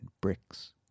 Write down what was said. bricks